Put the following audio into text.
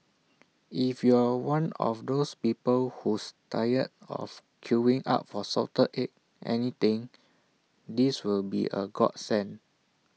if you're one of those people who's tired of queuing up for salted egg anything this will be A godsend